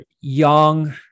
young